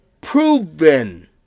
proven